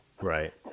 Right